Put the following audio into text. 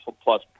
plus